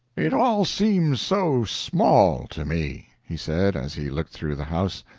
it all seems so small to me, he said, as he looked through the house.